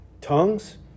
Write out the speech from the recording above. Tongues